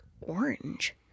orange